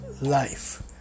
life